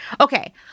Okay